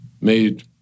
made